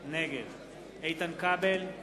נגד איתן כבל,